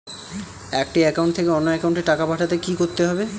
একটি একাউন্ট থেকে অন্য একাউন্টে টাকা পাঠাতে কি করতে হবে?